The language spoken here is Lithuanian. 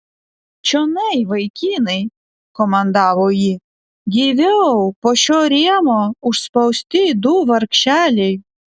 čionai vaikinai komandavo ji gyviau po šiuo rėmo užspausti du vargšeliai